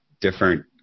different